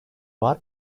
var